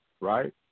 right